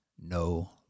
no